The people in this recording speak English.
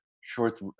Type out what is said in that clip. short